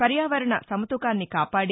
పర్యావరణ సమతూకాన్ని కాపాడి